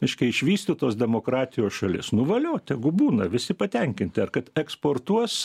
reiškia išvystytos demokratijos šalis nu valio tegu būna visi patenkinti ar kad eksportuos